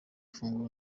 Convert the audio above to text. ifunguro